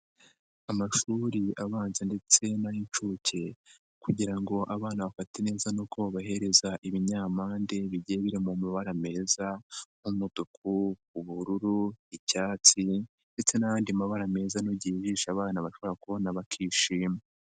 Amashuri abanza ndetse n'ay'inshuke kugira ngo abana bafate neza ni uko bahereza ibinyampande bigiye biri mu mabara meza nk'umutuku, ubururu, icyatsi ndetse n'ayandi mabara meza anogeye ijisho abana bashobora kubona bakishima.